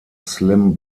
slim